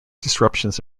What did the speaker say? disruptions